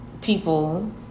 people